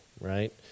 right